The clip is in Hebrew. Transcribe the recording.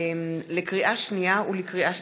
לקריאה שנייה ולקריאה שלישית: